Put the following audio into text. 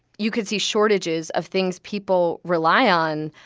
you could see shortages of things people rely on,